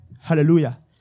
Hallelujah